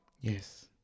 Yes